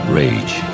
rage